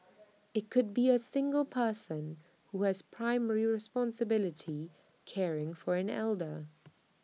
IT could be A single person who has primary responsibility caring for an elder